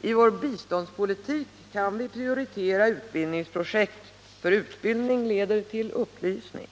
I vår biståndspolitik kan vi prioritera utbildningsprojekt, för utbildning leder till upplysning.